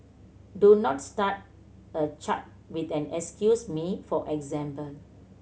do not start a chat with an excuse me for example